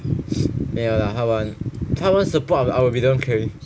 没有啦他玩他玩 support I will be the [one] carrying